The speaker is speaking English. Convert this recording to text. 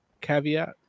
caveat